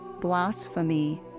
blasphemy